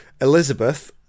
Elizabeth